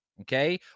Okay